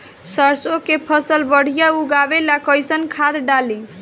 सरसों के फसल बढ़िया उगावे ला कैसन खाद डाली?